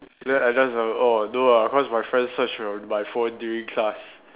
then I just like oh no ah cause my friend search my phone during class